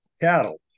cattle